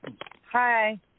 Hi